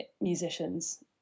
musicians